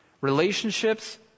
Relationships